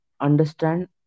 understand